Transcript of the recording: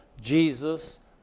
Jesus